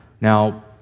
Now